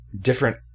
different